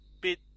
bit